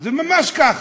זה ממש ככה.